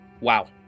Wow